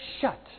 shut